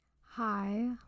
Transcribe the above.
Hi